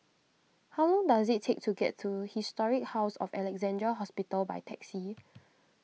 how long does it take to get to Historic House of Alexandra Hospital by taxi